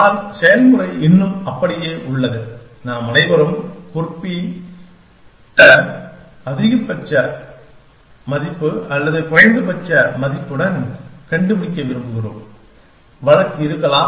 ஆனால் செயல்முறை இன்னும் அப்படியே உள்ளது நாம் அனைவரும் குறிப்பை அதிகபட்ச மதிப்பு அல்லது குறைந்தபட்ச மதிப்புடன் கண்டுபிடிக்க விரும்புகிறோம் வழக்கு இருக்கலாம்